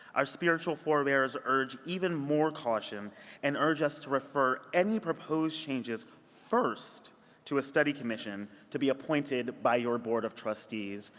our spiritual forbearers urge even more caution and urge us to refer any proposed changes first to a study commission to be appointed by your board of trustees,